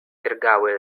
drgały